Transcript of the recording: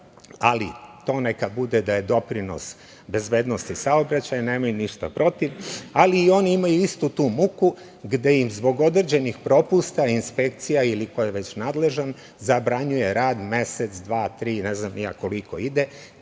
ali to neka bude da je doprinos bezbednosti saobraćaja. Nemaju ništa protiv, ali i oni imaju istu tu muku gde im zbog određenih propusta inspekcija ili ko je već nadležan zabranjuje rad mesec, dva, tri, ne znam ni ja koliko ide.